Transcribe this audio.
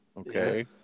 Okay